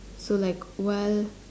so like while